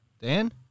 Dan